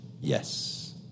Yes